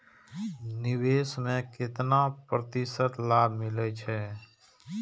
निवेश में केतना प्रतिशत लाभ मिले छै?